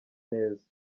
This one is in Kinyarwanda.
neza